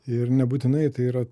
ir nebūtinai tai yra